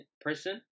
person